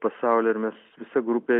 pasaulio ir mes visa grupė